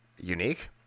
unique